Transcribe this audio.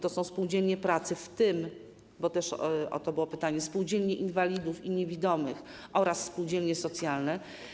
To są spółdzielnie pracy, w tym - bo też o to było pytanie - spółdzielnie inwalidów i niewidomych oraz spółdzielnie socjalne.